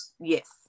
Yes